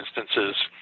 instances